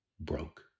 broke